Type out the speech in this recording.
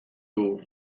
dugu